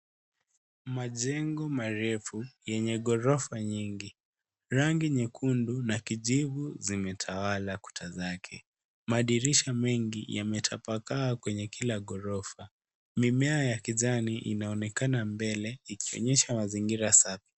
Majengo marefu yenge gorofa nyingi. Rangi nyekundu na kijivu zimetawala kuta zake. Madirisha meengi yametapakaa kwenye kila gorofa. Mimea ya kijani inaonekana mbele ikionyesha mazingira safi.